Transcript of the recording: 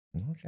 Okay